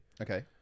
Okay